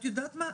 את יודעת מה?